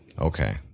Okay